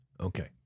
Okay